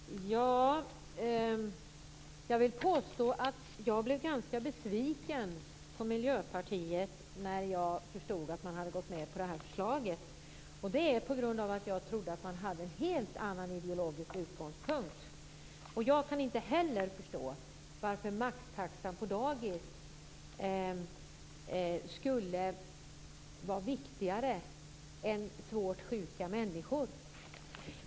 Fru talman! Jag vill påstå att jag blev ganska besviken på Miljöpartiet när jag förstod att man hade gått med på det här förslaget. Det är på grund av att jag trodde att man hade en helt annan ideologisk utgångspunkt. Jag kan inte heller förstå varför maxtaxa på dagis skulle vara viktigare än svårt sjuka människor.